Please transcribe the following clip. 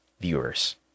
viewers